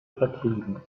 vertrieben